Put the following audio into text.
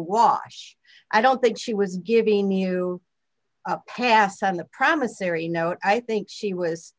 wash i don't think she was giving you a pass on the promise or a note i think she was